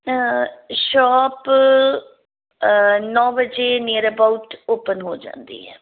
shop ਨੌਂ ਵਜੇ near about open ਹੋ ਜਾਂਦੀ ਹੈ